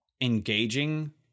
engaging